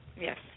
Yes